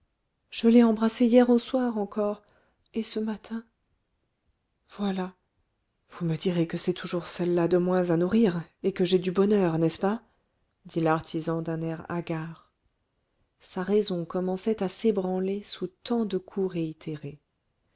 je l'ai embrassée hier au soir encore et ce matin voilà vous me direz que c'est toujours celle-là de moins à nourrir et que j'ai du bonheur n'est-ce pas dit l'artisan d'un air hagard sa raison commençait à s'ébranler sous tant de coups